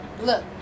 Look